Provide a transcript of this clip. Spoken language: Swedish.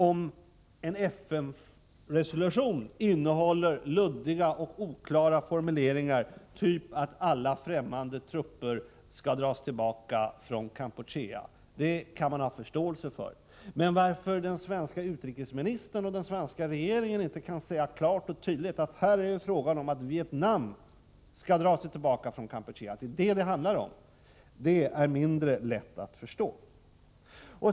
Om en FN-resolution innehåller luddiga och oklara formuleringar av typen att alla främmande trupper skall dras tillbaka från Kampuchea — det kan man ha förståelse för. Men varför den svenske utrikesministern och den svenska regeringen inte kan säga klart och tydligt att det här är fråga om att Vietnam skall dra sig tillbaka från Kampuchea — det är mindre lätt att förstå.